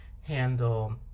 handle